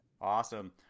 Awesome